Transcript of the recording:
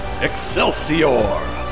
Excelsior